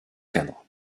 cadre